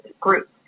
group